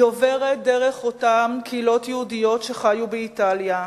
היא עוברת דרך אותן קהילות יהודיות שחיו באיטליה.